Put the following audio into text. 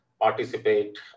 participate